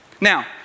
Now